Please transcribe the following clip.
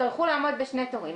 יצטרכו לעמוד בשני תורים.